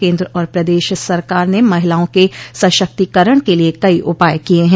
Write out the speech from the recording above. केन्द्र और प्रदेश सरकार ने महिलाओं के सशक्तीकरण के लिए कई उपाय किये हैं